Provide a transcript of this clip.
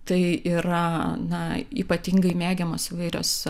tai yra na ypatingai mėgiamos įvairios